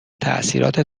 تاثیرات